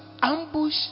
ambush